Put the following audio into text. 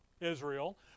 Israel